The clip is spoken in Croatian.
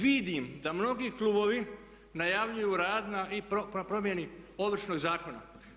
Vidim da mnogi klubovi najavljuju radna i promjeni Ovršnog zakona.